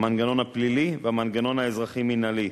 המנגנון הפלילי והמנגנון האזרחי-מינהלי.